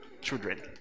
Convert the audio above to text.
Children